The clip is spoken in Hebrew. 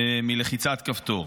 מלחיצת כפתור.